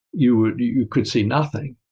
you you could see nothing.